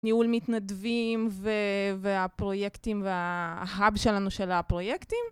ניהול מתנדבים והפרויקטים וההאב שלנו של הפרויקטים.